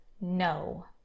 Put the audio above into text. no